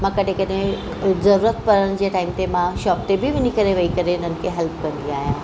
मां कॾहिं कॾहिं ज़रूरत पड़ण जे टाइम ते मां शॉप ते बि वञी करे वेई करे इन्हनि खे हेल्प कंदी आहियां